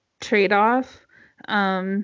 trade-off